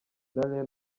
daniel